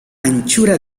anchura